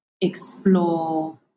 explore